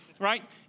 right